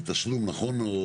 תשלום, נכון?